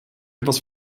etwas